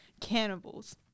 cannibals